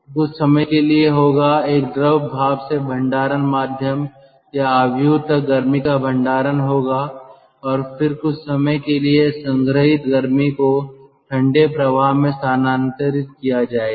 कुछ समय के लिए होगा एक द्रव भाप से भंडारण माध्यम या मैट्रिक्स तक गर्मी का भंडारण होगा और फिर कुछ समय के लिए संग्रहीत गर्मी को ठंडे प्रवाह में स्थानांतरित किया जाएगा